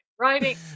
Writing